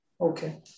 Okay